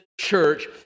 church